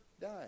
die